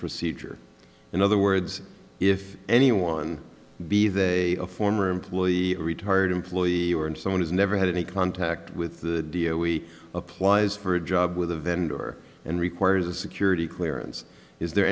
procedure in other words if anyone be the former employee retired employee and someone has never had any contact with the applies for a job with a vendor and requires a security clearance is there